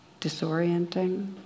disorienting